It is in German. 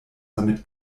damit